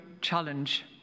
challenge